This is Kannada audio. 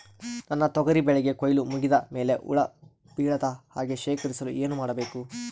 ನನ್ನ ತೊಗರಿ ಬೆಳೆಗೆ ಕೊಯ್ಲು ಮುಗಿದ ಮೇಲೆ ಹುಳು ಬೇಳದ ಹಾಗೆ ಶೇಖರಿಸಲು ಏನು ಮಾಡಬೇಕು?